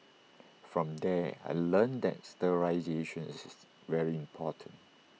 from there I learnt that sterilisation is is very important